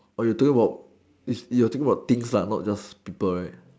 !oi! you talking about you taking about things lah not just people right